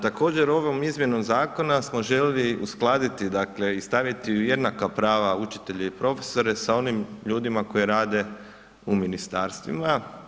Također ovom izmjenom zakona smo želili uskladiti i staviti u jednaka prava učitelje i profesore sa onim ljudima koji rade u ministarstvima.